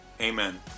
Amen